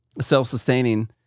self-sustaining